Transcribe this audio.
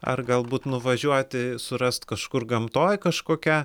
ar galbūt nuvažiuoti surast kažkur gamtoj kažkokią